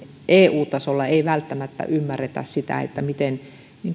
eu tasolla ei välttämättä ymmärretä sitä miten